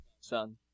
son